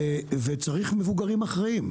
צריך מבוגרים אחראים,